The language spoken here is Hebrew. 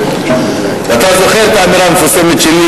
אתה זוכר את האמרה המפורסמת שלי,